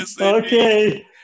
Okay